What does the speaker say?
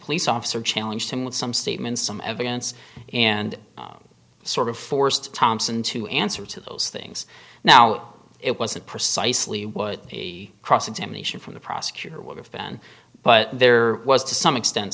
police officer challenge him with some statements some evidence and sort of forced thompson to answer to those things now it wasn't precisely what a cross examination from the prosecutor would have been but there was to some extent